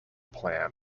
plan